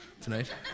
tonight